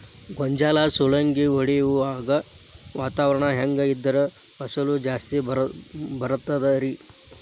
ಗೋಂಜಾಳ ಸುಲಂಗಿ ಹೊಡೆಯುವಾಗ ವಾತಾವರಣ ಹೆಂಗ್ ಇದ್ದರ ಫಸಲು ಜಾಸ್ತಿ ಬರತದ ರಿ?